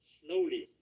slowly